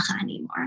anymore